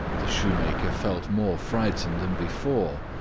the shoemaker felt more frightened than before,